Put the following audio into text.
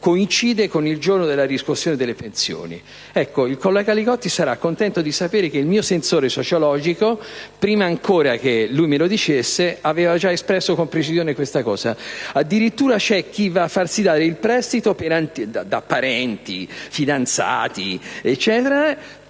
coincide con il giorno della riscossione delle pensioni; egli sarà contento di sapere che il mio sensore sociologico, prima ancora che lui me lo dicesse, aveva già espresso con precisione questo concetto. Addirittura c'è chi si fa dare prestiti da parenti o fidanzati per